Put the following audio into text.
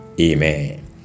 Amen